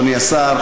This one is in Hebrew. אדוני השר,